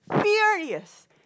furious